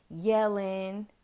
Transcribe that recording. yelling